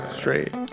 straight